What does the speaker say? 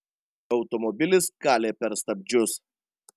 automobilis kalė per stabdžius